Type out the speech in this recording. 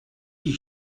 die